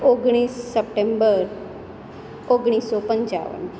ઓગણીસ સપ્ટેમ્બર ઓગણીસસો પંચાવન